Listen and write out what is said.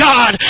God